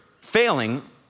failing